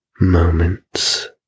Moments